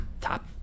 top